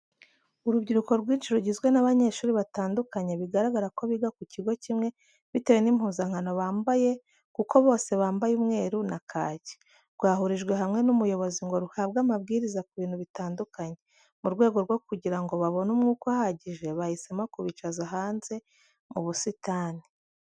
Urubyiruko rwinshi rugizwe n'abanyeshuri batandukanye bigaragara ko biga ku kigo kimwe bitewe n'impuzankano bambaye kuko bose bambaye umweru na kaki, rwahurijwe hamwe n'umuyobozi ngo ruhabwe amabwiriza ku bintu bitandukanye. Mu rwego rwo kugira ngo babone umwuka uhagije, bahisemo kubicaza hanze mu busitani.